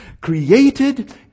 Created